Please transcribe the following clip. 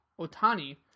Otani